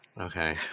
Okay